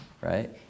right